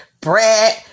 Brad